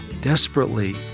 Desperately